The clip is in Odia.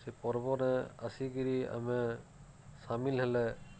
ସେ ପର୍ବରେ ଆସିକିରି ଆମେ ସାମିଲ୍ ହେଲେ